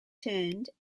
turned